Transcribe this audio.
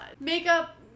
Makeup